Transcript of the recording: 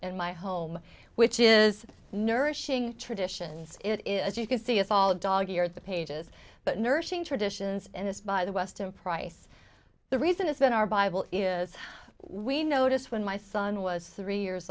in my home which is nourishing traditions it is as you can see it's all a dog ear the pages but nourishing traditions and this by the west in price the reason it's been our bible is we noticed when my son was three years